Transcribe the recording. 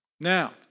Now